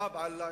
עלא באב אללה,